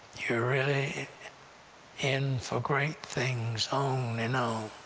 you're really in for great things um you know